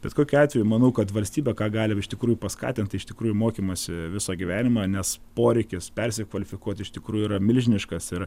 bet kokiu atveju manau kad valstybė ką gali iš tikrųjų paskatint tai iš tikrųjų mokymąsi visą gyvenimą nes poreikis persikvalifikuoti iš tikrųjų yra milžiniškas ir